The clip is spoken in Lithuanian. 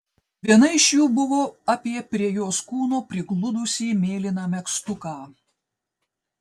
viena iš jų buvo apie prie jos kūno prigludusį mėlyną megztuką